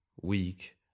week